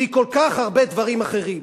והיא כל כך הרבה דברים אחרים.